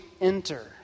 enter